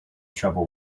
trouble